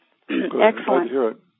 Excellent